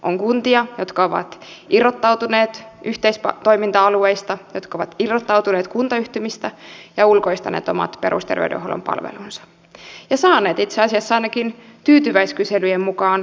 on kuntia jotka ovat irrottautuneet yhteistoiminta alueista jotka ovat irrottautuneet kuntayhtymistä ja ulkoistaneet omat perusterveydenhuollon palvelunsa ja saaneet itse asiassa ainakin tyytyväisyyskyselyjen mukaan parempaa palvelua